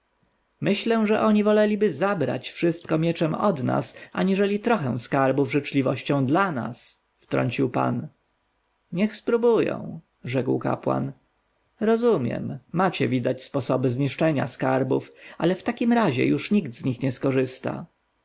myślę że oni woleliby zabrać wszystko mieczem od nas aniżeli trochę skarbów życzliwością dla nas wtrącił pan niech spróbują rzekł kapłan rozumiem macie widać sposoby zniszczenia skarbów ale w takim razie już nikt z nich nie skorzysta